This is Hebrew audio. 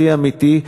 הכי אמיתי,